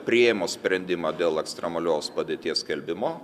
priėmus sprendimą dėl ekstremalios padėties skelbimo